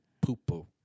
poopoo